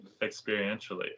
experientially